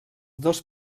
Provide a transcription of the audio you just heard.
dos